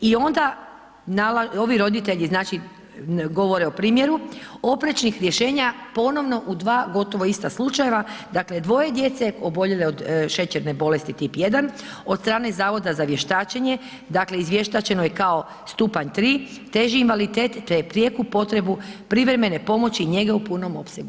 I onda ovi roditelji znači, govore o primjeru oprečnih rješenja ponovno u dva gotovo ista slučajeva, dakle, dvoje djece oboljele od šećerne bolesti tip 1, od strane Zavoda za vještačenje, dakle izvještačeno je kao stupanj 3, teži invaliditet te prijeku potrebu privremene pomoći njege u punom opsegu.